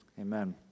amen